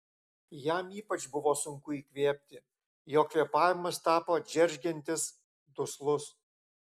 jam ypač buvo sunku įkvėpti jo kvėpavimas tapo džeržgiantis duslus